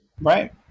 Right